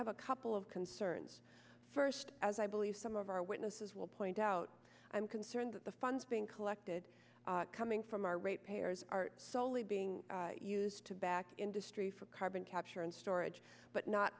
have a couple of concerns first as i believe some of our witnesses will point out i'm concerned that the funds being collected coming from our ratepayers are slowly being used to back industry for carbon capture and storage but not